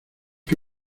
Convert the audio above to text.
que